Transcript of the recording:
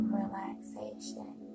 relaxation